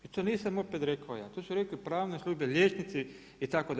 I to nisam opet rekao ja, to su rekli pravne službe, liječnici itd.